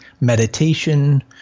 meditation